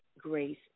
Grace